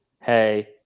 hey